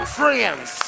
friends